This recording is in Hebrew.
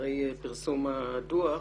אחרי פרסום הדוח: